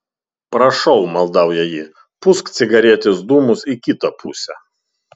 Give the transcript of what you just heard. prašau maldauja ji pūsk cigaretės dūmus į kitą pusę